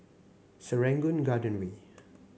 Serangoon Garden Way